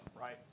Right